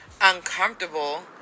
uncomfortable